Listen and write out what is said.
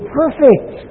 perfect